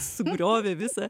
sugriovė visą